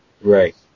Right